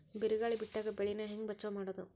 ಬಿರುಗಾಳಿ ಬಿಟ್ಟಾಗ ಬೆಳಿ ನಾ ಹೆಂಗ ಬಚಾವ್ ಮಾಡೊದು?